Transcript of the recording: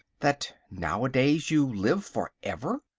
that nowadays you live for ever?